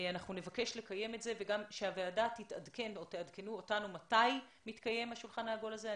אנחנו נבקש לקיים את זה ותעדכנו אותנו מתי מתקיים השולחן העגול הזה.